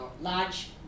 large